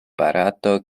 barato